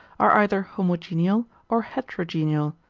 are either homogeneal or heterogeneal,